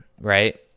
right